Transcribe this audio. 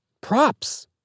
props